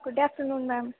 good afternoon ma'am